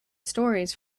stories